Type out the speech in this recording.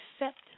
accept